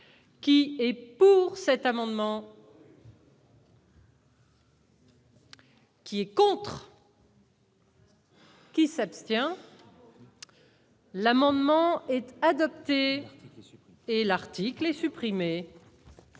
qui est pour cet amendement. Qui est contre. Qui s'abstient l'amendement était adopté et l'article est supprimée.